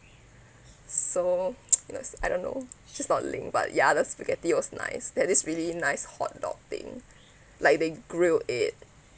so you know I don't know it's just not link but ya the spaghetti was nice there is this really nice hot dog thing like they grill it